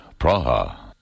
Praha